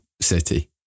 City